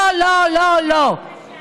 לא, לא, לא, לא.